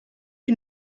une